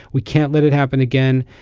we can't let it happen again.